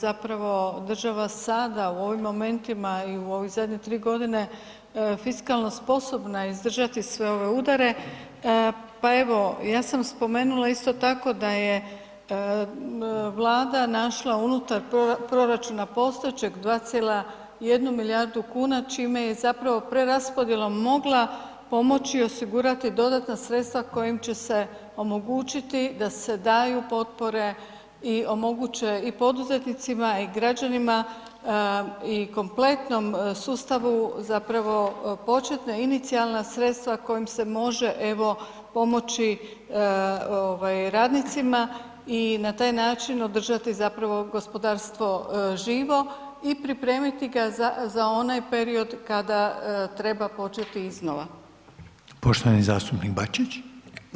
zapravo država sada u ovim momentima i u ove zadnje 3 g. fiskalno sposobna izdržati sve ove udare, pa evo, ja sam spomenula isto tako da je Vlada našla unutar proračuna postojećeg 2,1 milijardu kuna čime je zapravo preraspodjelom mogla pomoći osigurati dodatna sredstva kojim će se omogućiti da se daju potpore i omoguće i poduzetnicima i građanima i kompletnom sustavu zapravo početna inicijalna sredstva kojim se može evo pomoći radnicima i na taj način održati zapravo gospodarstvo živo i pripremiti ga za onaj period kada treba početi iznova.